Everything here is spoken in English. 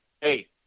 Hey